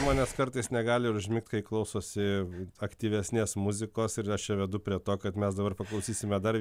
žmonės kartais negali ir užmigt kai klausosi aktyvesnės muzikos ir aš čia vedu prie to kad mes dabar paklausysime dar